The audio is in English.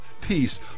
peace